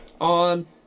On